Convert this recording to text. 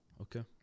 Okay